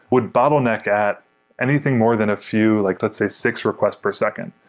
would bottleneck at anything more than a few, like let's say six requests per second.